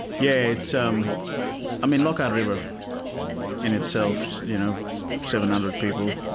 yeah it's um i mean lockhart river in itself, you know seven hundred people,